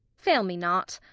fail me not.